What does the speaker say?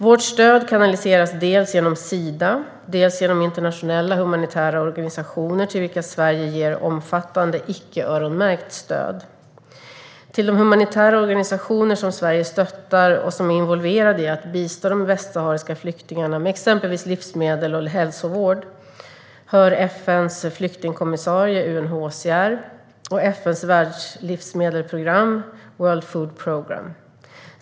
Vårt stöd kanaliseras dels genom Sida, dels genom internationella humanitära organisationer till vilka Sverige ger omfattande icke-öronmärkt stöd. Till de humanitära organisationer som Sverige stöttar, och som är involverade i att bistå de västsahariska flyktingarna med exempelvis livsmedel och hälsovård, hör FN:s flyktingkommissariat, UNHCR, och FN:s världslivsmedelsprogram, World Food Programme.